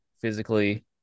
physically